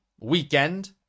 weekend